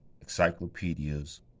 encyclopedias